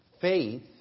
faith